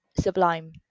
sublime